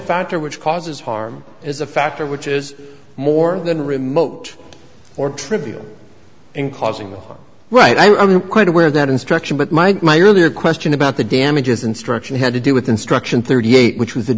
factor which causes harm is a factor which is more than remote or trivial in causing the right i'm not quite aware that instruction but my my earlier question about the damages instruction had to do with instruction thirty eight which was